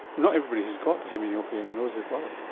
not everybody who's got hemianopia knows they've got it.